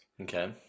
Okay